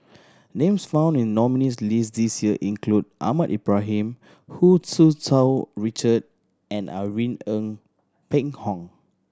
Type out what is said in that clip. names found in the nominees' list this year include Ahmad Ibrahim Hu Tsu Tau Richard and Irene Ng Phek Hoong